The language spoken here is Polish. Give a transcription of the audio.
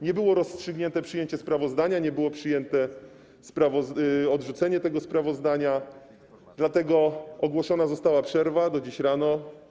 Nie było rozstrzygnięte przyjęcie sprawozdania, nie było przyjęte odrzucenie tego sprawozdania, dlatego ogłoszona została przerwa do dziś rano.